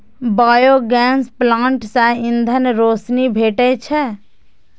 biogas plant सं ईंधन, रोशनी भेटै छै